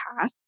path